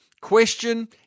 question